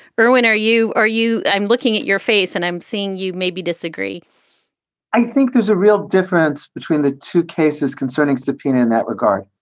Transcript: irwin, are you are you. i'm looking at your face and i'm seeing you maybe disagree i think there's a real difference between the two cases concerning subpena in that regard.